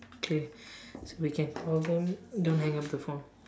okay so we can call them don't hang up the phone